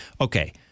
Okay